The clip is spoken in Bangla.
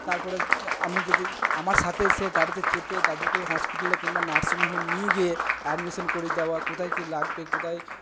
তারপরে আমি যদি আমার সাথে সে গাড়িতে চেপে দাদুকে হসপিটালে কিংবা নার্সিংহোমে নিয়ে গিয়ে অ্যাডমিশান করিয়ে দেওয়া কোথায় কি লাগবে কোথায়